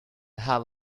have